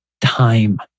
time